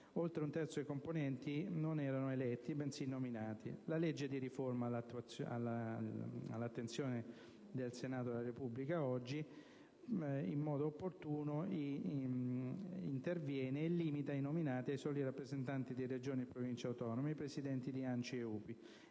oltre un terzo dei componenti non sono eletti, bensì nominati. La legge di riforma oggi all'attenzione del Senato della Repubblica interviene opportunamente e limita i nominati ai soli rappresentanti di Regioni e Province autonome ed ai presidenti di ANCI e UPI